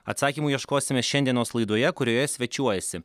atsakymų ieškosime šiandienos laidoje kurioje svečiuojasi